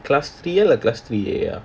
class three ah இல்ல:aah illa class three A